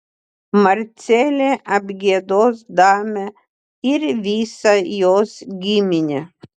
marcelė apgiedos damę ir visą jos giminę